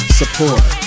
support